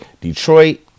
Detroit